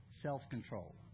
Self-control